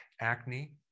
acne